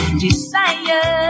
desire